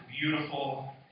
beautiful